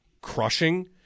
crushing